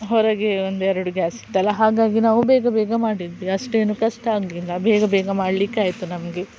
ಹೊರಗೆ ಒಂದೆರಡು ಗ್ಯಾಸ್ ಇತ್ತಲ್ಲ ಹಾಗಾಗಿ ನಾವು ಬೇಗ ಬೇಗ ಮಾಡಿದ್ವಿ ಅಷ್ಟೇನು ಕಷ್ಟ ಆಗಿಲ್ಲ ಬೇಗ ಬೇಗ ಮಾಡಲಿಕ್ಕಾಯ್ತು ನಮಗೆ